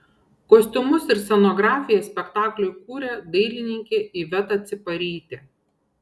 kostiumus ir scenografiją spektakliui kūrė dailininkė iveta ciparytė